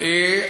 זה לא.